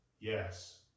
Yes